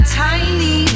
tiny